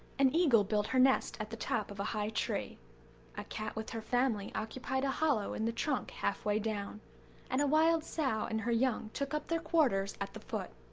an eagle built her nest at the top of a high tree a cat with her family occupied a hollow in the trunk half-way down and a wild sow and her young took up their quarters at the foot.